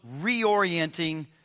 reorienting